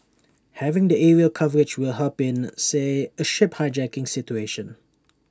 having the aerial coverage will help in say A ship hijacking situation